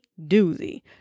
doozy